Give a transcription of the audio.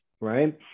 right